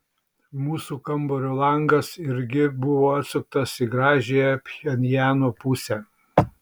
mūsų kambario langas irgi buvo atsuktas į gražiąją pchenjano pusę